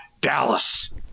Dallas